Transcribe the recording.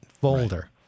folder